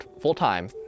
full-time